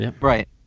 Right